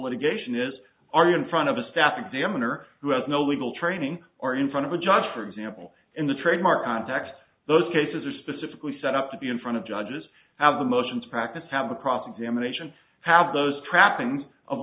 litigation is are you in front of a staff examiner who has no legal training or in front of a job for example in the trademark context those cases are specifically set up to be in front of judges have the motions practice have a cross examination have those trappings of